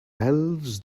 elves